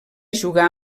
jugar